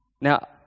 Now